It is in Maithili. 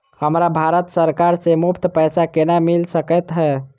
हमरा भारत सरकार सँ मुफ्त पैसा केना मिल सकै है?